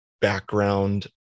background